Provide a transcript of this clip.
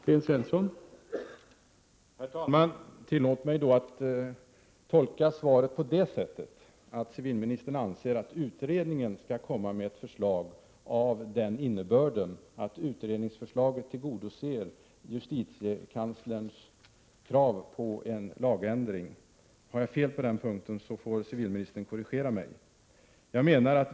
Herr talman! Tillåt mig då att tolka svaret så, att civilministern anser att utredningen skall komma med ett förslag som tillgodoser justitiekanslerns krav på en lagändring. Om jag har fel på den punkten, får väl civilministern korrigera mig.